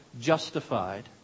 justified